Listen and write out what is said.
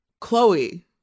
Chloe